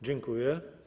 Dziękuję.